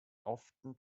often